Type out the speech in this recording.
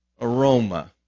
aroma